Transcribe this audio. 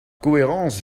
cohérence